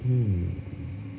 mm